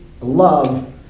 love